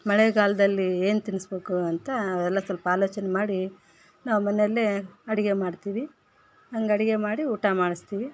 ಮಳೆಗಾಲದಲ್ಲಿ ಏನು ತಿನಿಸ್ಬೇಕು ಅಂತ ಎಲ್ಲ ಸ್ವಲ್ಪ ಆಲೋಚನೆ ಮಾಡಿ ನಾವು ಮನೆಲ್ಲಿ ಅಡುಗೆ ಮಾಡ್ತೀವಿ ಹಂಗೆ ಅಡುಗೆ ಮಾಡಿ ಊಟ ಮಾಡಿಸ್ತೀವಿ